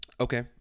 Okay